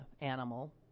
animal